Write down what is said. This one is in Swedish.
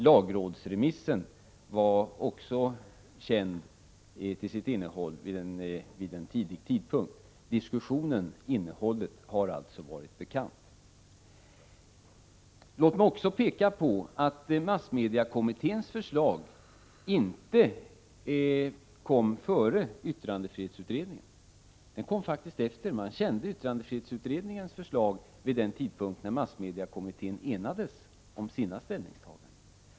Lagrådsremissen var också känd till sitt innehåll på ett tidigt stadium. Innehållet har alltså varit bekant. Låt mig också peka på att massmediekommitténs förslag inte kom före yttrandefrihetsutredningen, utan det kom efter. Man kände till yttrandefrihetsutredningens förslag vid den tidpunkt då massmediekommittén enades om sina ställningstaganden.